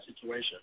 situation